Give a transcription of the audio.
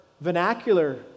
vernacular